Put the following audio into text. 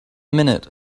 minute